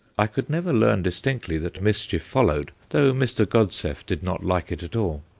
i could never learn distinctly that mischief followed, though mr. godseff did not like it at all.